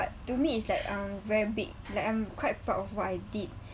but to me is like um very big like I'm quite proud of what I did